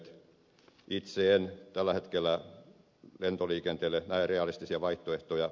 itse en tällä hetkellä lentoliikenteelle näe realistisia vaihtoehtoja